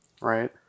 Right